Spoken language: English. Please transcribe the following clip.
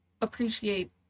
appreciate